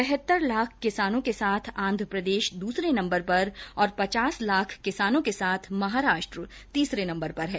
बहत्तर लाख किसानों के साथ आन्ध्र प्रदेश दूसरे नम्बर पर और पचास लाख किसानों के साथ महाराष्ट्र तीसरे नम्बर पर है